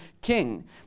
king